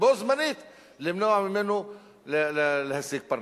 ובו בזמן למנוע ממנו להשיג פרנסה.